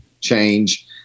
change